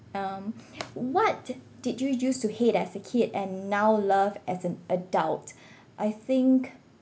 um what did did you use to hate as a kid and now love as an adult I think